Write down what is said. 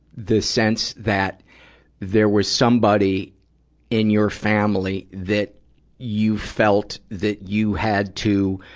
the sense that there was somebody in your family that you felt that you had to,